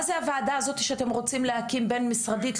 מה זה הוועדה הזו שאתם רוצים להקים בין משרדית,